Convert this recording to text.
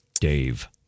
Dave